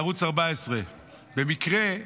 ערוץ 14. במקרה,